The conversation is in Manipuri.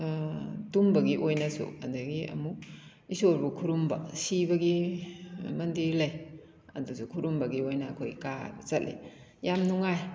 ꯇꯨꯝꯕꯒꯤ ꯑꯣꯏꯅꯁꯨ ꯑꯗꯒꯤ ꯑꯃꯨꯛ ꯏꯁꯣꯔꯕꯨ ꯈꯨꯔꯨꯝꯕ ꯁꯤꯕꯒꯤ ꯃꯟꯗꯤꯔ ꯂꯩ ꯑꯗꯨꯁꯨ ꯈꯨꯔꯨꯝꯕꯒꯤ ꯑꯣꯏꯅ ꯑꯩꯈꯣꯏ ꯀꯥꯕ ꯆꯠꯂꯤ ꯌꯥꯝ ꯅꯨꯡꯉꯥꯏ